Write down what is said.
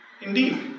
Indeed